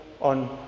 on